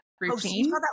routine